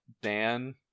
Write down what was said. Dan